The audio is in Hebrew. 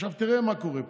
עכשיו, תראה מה קורה פה.